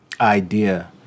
idea